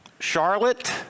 Charlotte